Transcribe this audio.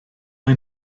mae